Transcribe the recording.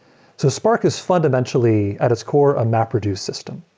so spark us fundamentally at its core a mapreduce system.